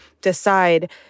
decide